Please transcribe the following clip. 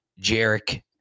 Jarek